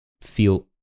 feel